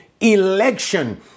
election